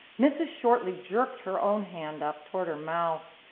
mrs. shortley jerked her own hand up toward her mouth.